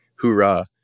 hoorah